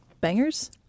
Bangers